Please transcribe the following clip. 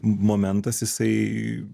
momentas jisai